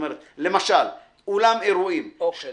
למשל אולם אירועים, למשל אוכל.